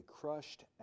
crushed